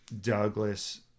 Douglas